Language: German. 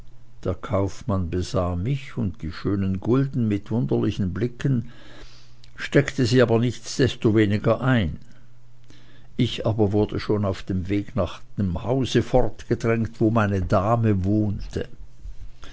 der kaufmann besah mich und die schönen gulden mit wunderlichen blicken steckte sie aber nichtsdestoweniger ein ich aber wurde schon auf dem wege nach dem hause fortgedrängt wo meine dame wohnte